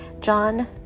John